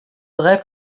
vrai